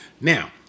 Now